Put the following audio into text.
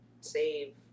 save